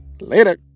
Later